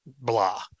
blah